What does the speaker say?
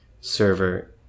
server